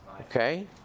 Okay